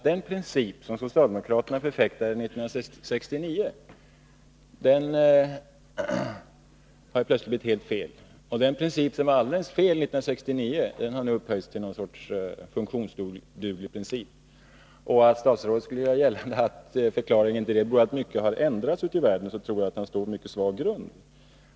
Den princip som socialdemokraterna förfäktade 1969 är plötsligt helt felaktig, och den princip som var alldeles felaktig 1969 har upphöjts till någon sorts funktionsduglig princip. Om statsrådet verkligen vill göra gällande att förklaringen härtill är att mycket har ändrats ute i världen, tror jag att han står på mycket svag grund.